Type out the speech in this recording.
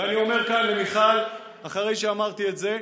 ואני אומר כאן למיכל, אחרי שאמרתי את זה: